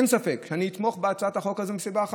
אין ספק שאני אתמוך בהצעת החוק הזו מסיבה אחת: